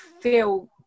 feel